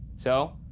so,